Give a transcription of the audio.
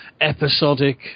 episodic